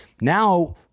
Now